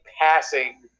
passing